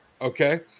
okay